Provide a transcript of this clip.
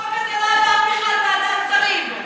החוק הזה לא עבר ועדת שרים.